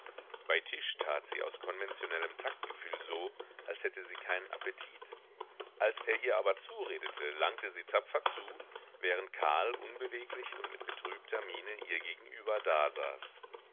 bei tisch tat sie aus konventionellem taktgefühl so als hätte sie keinen appetit als er ihr aber zuredete langte sie tapfer zu während karl unbeweglich und mit betrübter miene ihr gegenüber dasaß